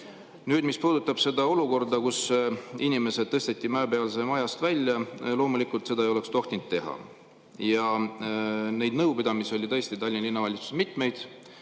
oli. Mis puudutab seda olukorda, kus inimesed tõsteti Mäepealse majast välja, siis loomulikult seda ei oleks tohtinud teha. Ja neid nõupidamisi oli tõesti Tallinna Linnavalitsuses mitmeid,